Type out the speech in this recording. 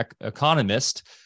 economist